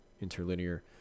interlinear